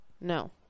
No